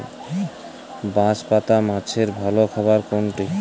বাঁশপাতা মাছের ভালো খাবার কোনটি?